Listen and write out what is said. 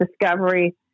discovery